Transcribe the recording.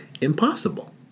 impossible